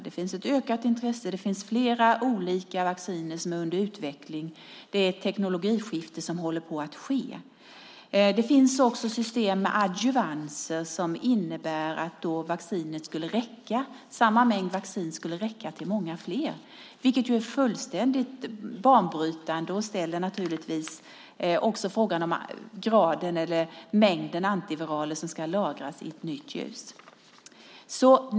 Det finns ett ökat intresse, och flera olika vacciner är under utveckling. Det håller på att ske ett teknikskifte. Det finns också system med adjuvanser som innebär att vaccinet då skulle räcka. Samma mängd vaccin skulle således räcka till många fler, vilket är fullständigt banbrytande och ställer frågan om mängden antiviraler som ska lagras i ett nytt ljus.